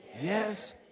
yes